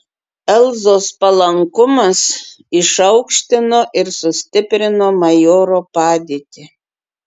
elzos palankumas išaukštino ir sustiprino majoro padėtį